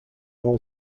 all